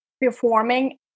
performing